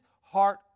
heart